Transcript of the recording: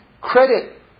credit